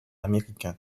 américain